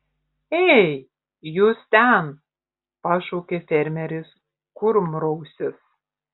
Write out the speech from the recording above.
ei jūs ten pašaukė fermeris kurmrausis